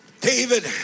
David